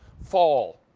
fall,